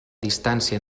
distància